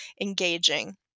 engaging